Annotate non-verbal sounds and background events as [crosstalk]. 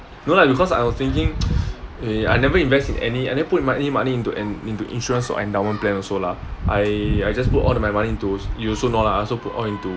no lah because I was thinking [noise] eh I never invest in any I never put money money into an into insurance or endowment plan also lah I I just put all my money you also know lah I also put all into